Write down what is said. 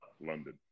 London